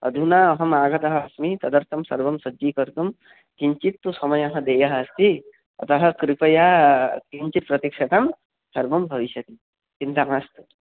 अधुना अहमागतः अस्मि तदर्थं सर्वं सज्जीकर्तुं किञ्चित् तु समयः देयः अस्ति अतः कृपया किञ्चित् प्रतीक्षतां सर्वं भविष्यति चिन्ता मास्तु